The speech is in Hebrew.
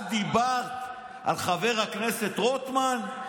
את דיברת על חבר הכנסת רוטמן?